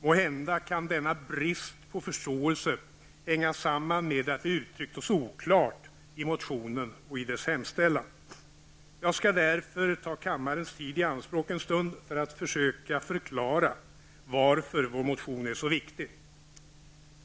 Måhända kan denna brist på förståelse hänga samman med att vi uttryckt oss oklart i motionen och dess hemställan. Jag skall därför ta kammarens tid i anspråk en stund för att försöka förklara varför vår motion är så viktig.